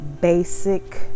basic